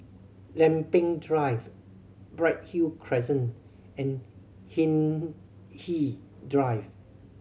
Lempeng Drive Bright Hill Crescent and Hindhede Drive